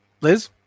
Liz